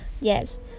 Yes